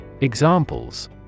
Examples